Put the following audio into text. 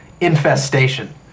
infestation